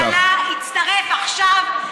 הממשלה חזקת חפות.